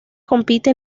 compite